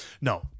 no